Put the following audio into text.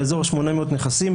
באזור 800 נכסים.